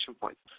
points